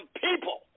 people